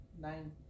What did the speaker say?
Nine